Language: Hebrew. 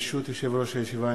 ברשות יושב-ראש הישיבה,